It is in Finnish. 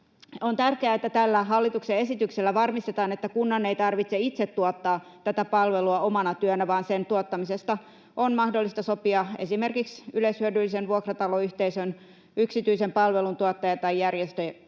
On tärkeää, että tällä hallituksen esityksellä varmistetaan, että kunnan ei tarvitse itse tuottaa tätä palvelua omana työnä, vaan sen tuottamisesta on mahdollista sopia esimerkiksi yleishyödyllisen vuokrataloyhteisön, yksityisen palveluntuottajan tai järjestön